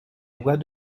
voix